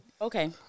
Okay